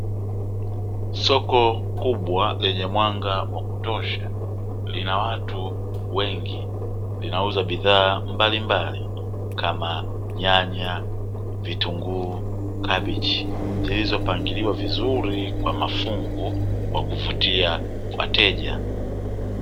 Soko kubwa lenye mwanga wa kutosha, lina watu wengi. Linauza bidhaa mbalimbali kama: nyanya, vitunguu, kabeji; zilizopangiliwa vizuri kwa mafungu kwa kuvutia wateja.